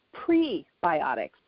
prebiotics